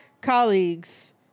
colleagues